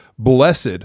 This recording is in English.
blessed